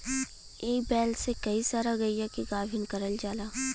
एक बैल से कई सारा गइया के गाभिन करल जाला